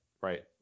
right